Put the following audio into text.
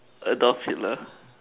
Adolf Hitler